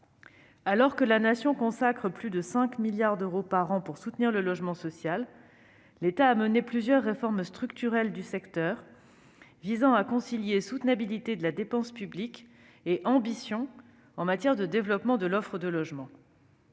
Alors que la Nation consacre plus de 5 milliards d'euros par an au logement social, l'État a mené plusieurs réformes structurelles visant à concilier soutenabilité de la dépense publique et ambition en matière de développement de l'offre de logements.